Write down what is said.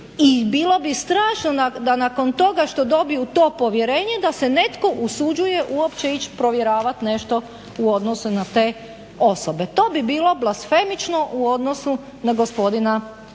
I bilo bi strašno da nakon toga što dobiju to povjerenje da se netko usuđuje uopće ići provjeravati nešto u odnosu na te osobe. To bi bilo blasfemično u odnosu na gospodina premijera.